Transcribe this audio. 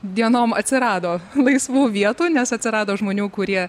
dienom atsirado laisvų vietų nes atsirado žmonių kurie